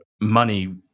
money